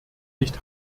nicht